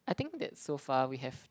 I think that so far we have